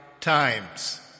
times